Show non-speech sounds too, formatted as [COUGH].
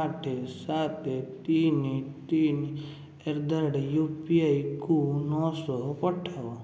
ଆଠ ସାତ ତିନି ତିନି ଆଟ୍ [UNINTELLIGIBLE] ନଅଶହ ପଠାଅ